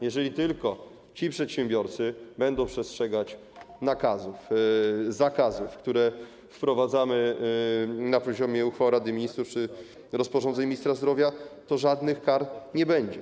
Jeżeli tylko ci przedsiębiorcy będą przestrzegać nakazów, zakazów, które wprowadzamy na poziomie uchwał Rady Ministrów czy rozporządzeń ministra zdrowia, to żadnych kar nie będzie.